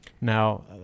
Now